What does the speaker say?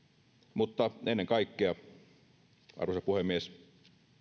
mutta ennen kaikkea arvoisa puhemies